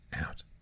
out